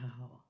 Wow